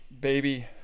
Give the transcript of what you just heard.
baby